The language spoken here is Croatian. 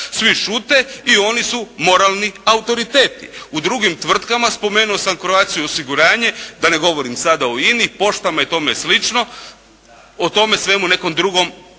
svi šute i oni su moralni autoriteti. U drugim tvrtkama, spomenuo sam "Croatia osiguranje", da ne govorim sada o INA-i, poštama i tome slično, o tome svemu nekom drugom